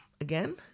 again